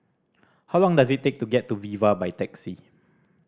how long does it take to get to Viva by taxi